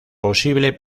posible